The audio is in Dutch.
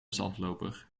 zandloper